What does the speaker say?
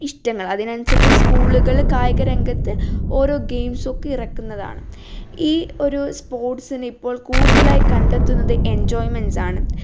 ഇഷ്ടങ്ങൾ അതിനനുസരിച്ച് സ്ക്കൂളുകള് കായികരംഗത്ത് ഓരോ ഗെയിംസൊക്കെ ഇറക്കുന്നതാണ് ഈ ഒരു സ്പോർട്സിനിപ്പോൾ കൂടുതലായി കണ്ടെത്തുന്നത് എൻജോയ്മെൻസാണ്